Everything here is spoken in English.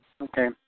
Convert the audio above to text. Okay